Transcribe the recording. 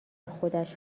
خودش